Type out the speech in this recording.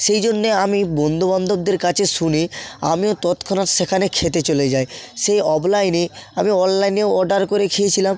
সেই জন্যে আমি বন্ধু বান্ধবদের কাছে শুনে আমিও তৎক্ষণাৎ সেখানে খেতে চলে যাই সেই অফলাইনে আমি অনলাইনেও অর্ডার করে খেয়েছিলাম